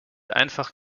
einfach